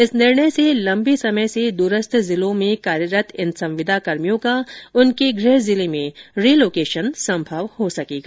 इस निर्णय से लंबे समय से दूरस्थ जिलों में कार्यरत इन संविदाकर्मियों का उनके गृह जिले में रिलोकेशन संभव हो सकेगा